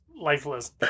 lifeless